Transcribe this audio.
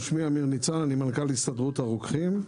אני מנכ"ל הסתדרות הרוקחים.